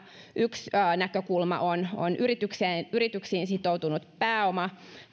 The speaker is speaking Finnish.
yksi näkökulma on on yrityksiin sitoutunut pääoma